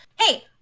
hey